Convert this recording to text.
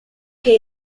che